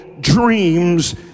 dreams